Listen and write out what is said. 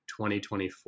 2024